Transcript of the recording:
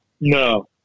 no